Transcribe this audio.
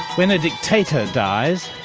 when a dictator dies,